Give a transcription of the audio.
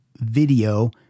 video